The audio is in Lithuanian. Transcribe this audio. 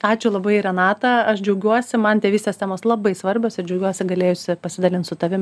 ačiū labai renata aš džiaugiuosi man tėvystės temos labai svarbios ir džiaugiuosi galėjusi pasidalint su tavim